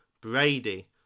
Brady